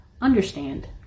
understand